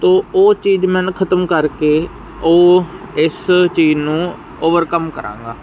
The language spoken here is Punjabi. ਤੋ ਉਹ ਚੀਜ਼ ਮੈਨੂੰ ਖਤਮ ਕਰਕੇ ਉਹ ਇਸ ਚੀਜ਼ ਨੂੰ ਓਵਰਕਮ ਕਰਾਂਗਾ